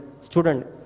student